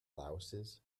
louses